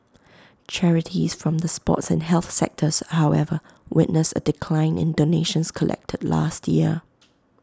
charities from the sports and health sectors however witnessed A decline in donations collected last year